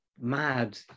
mad